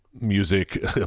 music